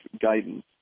guidance